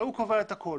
הוא הרי קובע את הכול.